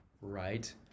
right